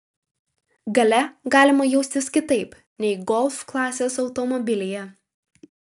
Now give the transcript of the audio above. gale galima jaustis kitaip nei golf klasės automobilyje